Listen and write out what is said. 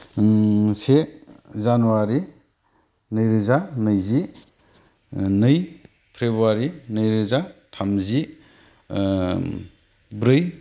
से जानुवारी नैरोजा नैजि नै फेब्रुवारी नैरोजा थामजि ब्रै